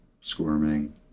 Squirming